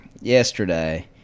yesterday